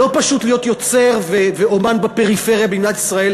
לא פשוט להיות יוצר ואמן בפריפריה במדינת ישראל.